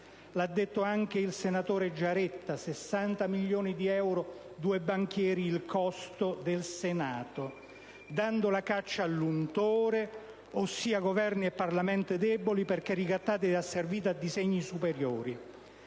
ha detto anche il senatore Giaretta: 60 milioni di euro per due banchieri, il costo del Senato) e dando la caccia all'untore, ossia Governi e Parlamenti deboli, perché ricattati ed asserviti a disegni superiori.